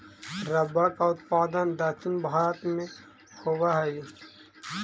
rubber का उत्पादन दक्षिण भारत में होवअ हई